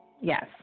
Yes